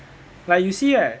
like you see right